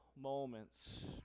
moments